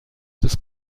des